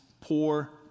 poor